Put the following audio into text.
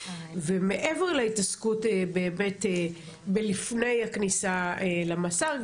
ומעבר להתעסקות בהיבט בלפני הכניסה למאסר,